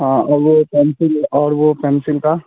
हाँ और वह पेंसिल है और वह पेंसिल का